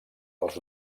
els